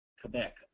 Quebec